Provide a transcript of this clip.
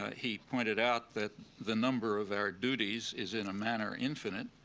ah he pointed out that the number of our duties is in a manner infinite,